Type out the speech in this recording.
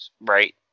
Right